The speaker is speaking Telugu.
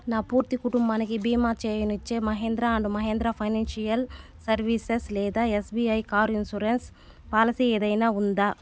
నా పూర్తి కుటుంబానికి భీమా చేయనిచ్చే Mahindra and Mahindra financial services లేదా ఎస్బీఐ కారు ఇన్షురెన్స్ పాలిసీ ఏదైనా ఉందా